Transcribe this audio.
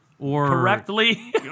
Correctly